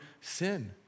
sin